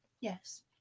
Yes